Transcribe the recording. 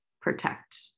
protect